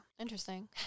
interesting